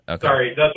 Sorry